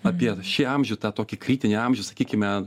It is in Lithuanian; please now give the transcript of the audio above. apie šį amžių tą tokį kritinį amžių sakykime